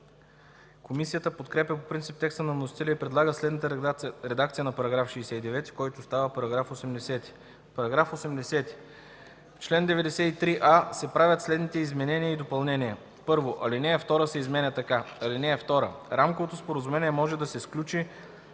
Комисията подкрепя по принцип текста на вносителя и предлага следната редакция на § 69, който става § 80: „§ 80. В чл. 93а се правят следните изменения и допълнения: 1. Алинея 2 се изменя така: „(2) Рамково споразумение може да се сключи